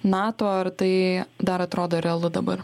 nato ar tai dar atrodo realu dabar